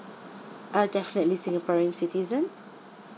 ah definitely singaporean citizen